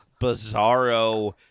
bizarro